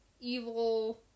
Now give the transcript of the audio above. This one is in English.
evil